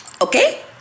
Okay